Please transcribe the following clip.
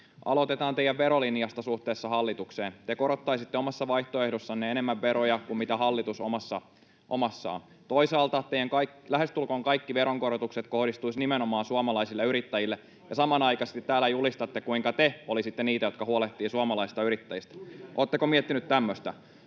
Aloitetaan teidän verolinjastanne suhteessa hallitukseen: Te korottaisitte omassa vaihtoehdossanne enemmän veroja kuin mitä hallitus omassaan. Toisaalta lähestulkoon kaikki teidän veronkorotuksenne kohdistuisivat nimenomaan suomalaisille yrittäjille, ja samanaikaisesti täällä julistatte, kuinka te olisitte niitä, jotka huolehtivat suomalaisista yrittäjistä. Oletteko miettineet tämmöistä?